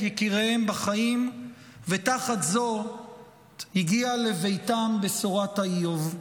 יקיריהן בחיים ותחת זו הגיעה לביתן בשורת האיוב.